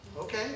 Okay